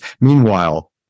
Meanwhile